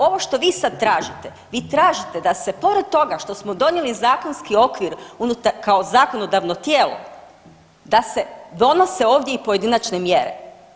Ovo što vi sad tražite, vi tražite da se pored toga što smo donijeli zakonski okvir kao zakonodavno tijelo, da se donose ovdje i pojedinačne mjere.